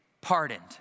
pardoned